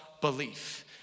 belief